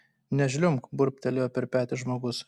nežliumbk burbtelėjo per petį žmogus